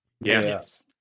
yes